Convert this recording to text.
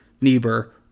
Niebuhr